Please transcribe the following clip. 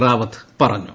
റാവത്ത് പറഞ്ഞു